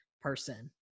person